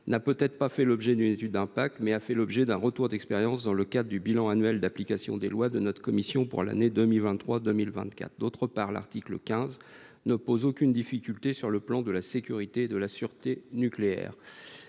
n’a peut être pas fait l’objet d’une étude d’impact, mais il a fait l’objet d’un retour d’expérience dans le cadre du bilan annuel d’application des lois mené par la commission des affaires économiques pour l’année 2023 2024. D’autre part, l’article 15 ne pose aucune difficulté sur le plan de la sécurité et de la sûreté nucléaires.